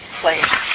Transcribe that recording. place